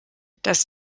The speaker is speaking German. das